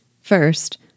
First